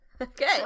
okay